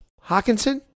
Hawkinson